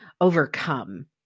overcome